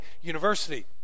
University